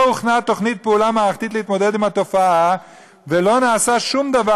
לא הוכנה תוכנית פעולה מערכתית להתמודד עם התופעה ולא נעשה שום דבר